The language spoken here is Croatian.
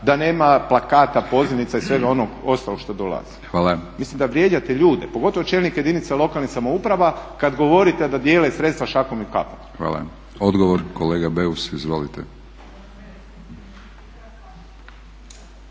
da nema plakata, pozivnica i svega onog ostalog što dolazi. Mislim da vrijeđate ljude, pogotovo čelnike jedinica lokalne samouprave kad govorite da dijele sredstva šakom i kapom. **Batinić, Milorad (HNS)** Hvala. Odgovor kolega Beus. Izvolite.